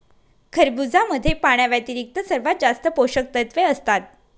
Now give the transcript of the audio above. खरबुजामध्ये पाण्याव्यतिरिक्त सर्वात जास्त पोषकतत्वे असतात